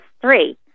three